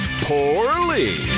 poorly